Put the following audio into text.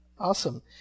Awesome